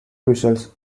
results